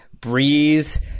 Breeze